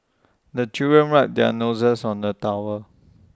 the children wipe their noses on the towel